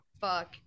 Fuck